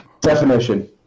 Definition